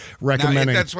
recommending